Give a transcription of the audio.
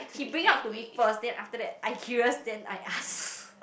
he bring up to me first then after that I curious then I ask